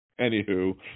anywho